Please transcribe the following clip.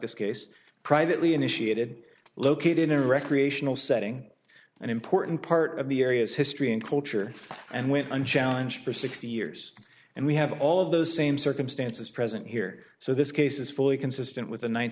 this case privately initiated located in a recreational setting an important part of the area's history and culture and went unchallenged for sixty years and we have all of those same circumstances present here so this case is fully consistent with